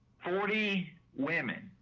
forty women,